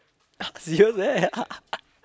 serious meh